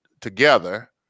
together